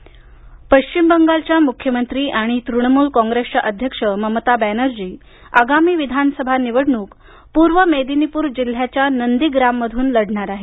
ममता बॅनर्जी पश्विम बंगालच्या मुख्यमंत्री आणि तृणमूल काँग्रेसच्या अध्यक्ष ममता बॅनर्जी आगामी विधानसभा निवडणूक पूर्व मेदिनीपूर जिल्ह्याच्या नंदीग्राम मधून लढणार आहेत